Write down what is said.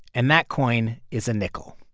and that coin is a nickel.